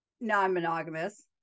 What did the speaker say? non-monogamous